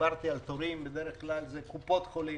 כשדיברתי על תורים בדרך-כלל זה קופות חולים.